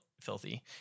filthy